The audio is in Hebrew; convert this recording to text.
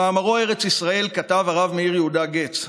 במאמרו "ארץ ישראל" כתב הרב מאיר יהודה גץ,